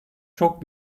çok